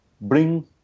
bring